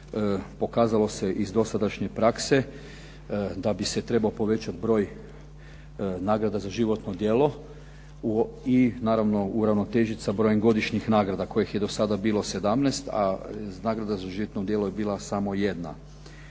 Pokazalo se iz dosadašnje prakse da bi se trebao povećat broj nagrada za životno djelo i naravno, uravnotežit sa brojem godišnjih nagrada kojih je do sada bilo 17, a nagrada za životno djelo je bila samo jedna.